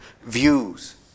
views